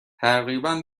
تقریبا